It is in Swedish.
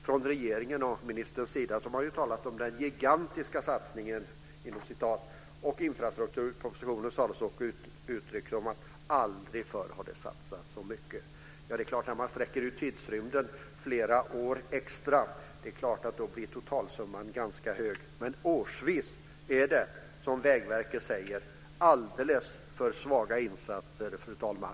Från regeringens och ministerns sida har man ju talat om den "gigantiska" satsning som infrastrukturpropositionen sades ha och sagt att det aldrig förr har satsas så mycket. Det är klart; om man sträcker ut tidsrymden flera år extra blir förstås totalsumman ganska hög. Men årsvis är det, som Vägverket säger, alldeles för svaga insatser, fru talman.